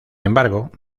embargo